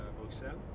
Bruxelles